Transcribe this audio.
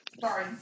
Sorry